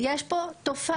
יש פה תופעה.